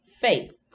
faith